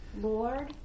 Lord